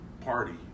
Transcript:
party